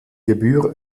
gebühr